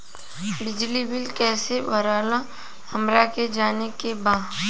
बिजली बिल कईसे भराला हमरा के जाने के बा?